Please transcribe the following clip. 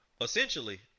essentially